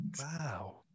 wow